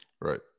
Right